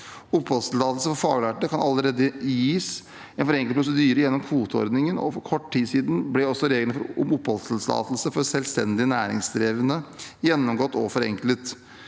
Oppholdstillatelse for faglærte kan allerede gis etter en forenklet prosedyre gjennom kvoteordningen, og for kort tid siden ble også regler om oppholdstillatelse for selvstendig næringsdrivende gjennomgått og forenklet.